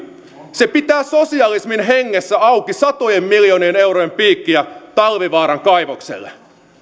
se pitää sosialismin hengessä auki satojen miljoonien eurojen piikkiä talvivaaran kaivokselle